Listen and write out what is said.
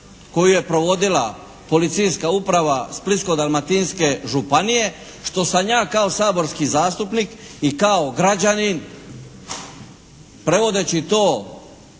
koju je provodila Policijska uprava Splitsko-dalmatinske županije što sam ja kao saborski zastupnik i kao građanin prevodeći to